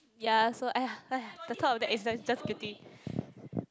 ya so !aiya! the thought of that is like just getting